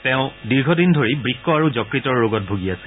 তেওঁ দীৰ্ঘদিন ধৰি বুৰু আৰু যকৃতৰ ৰোগত ভুগি আছিল